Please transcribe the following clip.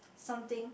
something